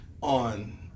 on